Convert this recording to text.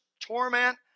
Torment